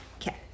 Okay